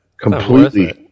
completely